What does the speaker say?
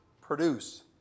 produce